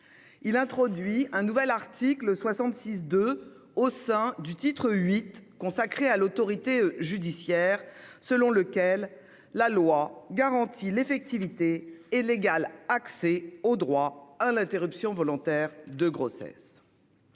à introduire un nouvel article 66-2 au sein du titre VIII consacré à l'autorité judiciaire, article selon lequel « la loi garantit l'effectivité et l'égal accès au droit à l'interruption volontaire de grossesse